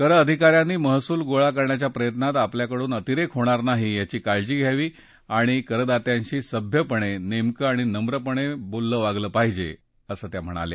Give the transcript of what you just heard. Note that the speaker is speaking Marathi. कर अधिका यांनी महसूल गोळा करण्याच्या प्रयत्नात आपल्याकडून अतिरेक होणार नाही याची काळजी घ्यावी आणि करदात्यांशी सभ्यपणे नेमकं आणि नम्रपणे बोललं वागलं पाहिजे असं त्या म्हणाल्या